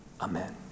Amen